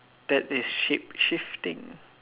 that is shape shifting